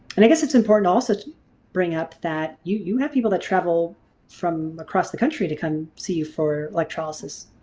and i guess it's important also to bring up that you you have people that travel from across the country to come see you for electrolysis.